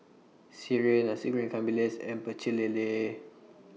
Sireh Nasi Goreng Ikan Bilis and Pecel Lele